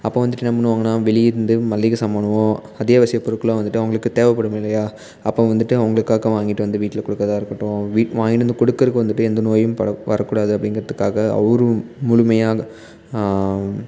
அப்போ வந்துட்டு என்ன பண்ணுவாங்கன்னா வெளியே இருந்து மளிகை சாமானுவோ அத்தியாவசிய பொருட்களெலாம் வந்துட்டு அவங்களுக்கு தேவைப்படும் இல்லையா அப்போ வந்துட்டு அவங்களுக்காக வாங்கிட்டு வந்து வீட்டில கொடுக்கறதா இருக்கட்டும் வீட் வாங்கிட்டு வந்து கொடுக்கறக்கு வந்துட்டு எந்த நோயும் பட வர கூடாது அப்படிங்கறதுக்காக அவரும் முழுமையாக